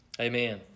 Amen